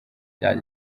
bya